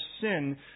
sin